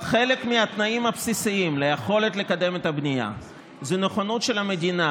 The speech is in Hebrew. חלק מהתנאים הבסיסיים ליכולת לקדם את הבנייה זה הנכונות של המדינה